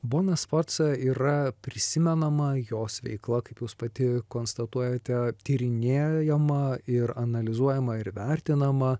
bona sforca yra prisimenama jos veikla kaip jūs pati konstatuojate tyrinėjama ir analizuojama ir vertinama